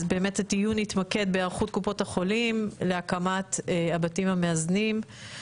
אז הדיון יתמקד בהיערכות קופות החולים להקמת הבתים המאזנים,